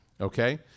Okay